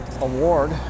award